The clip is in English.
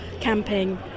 camping